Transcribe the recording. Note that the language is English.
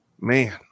man